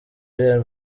real